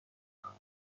کنم